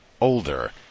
older